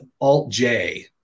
Alt-J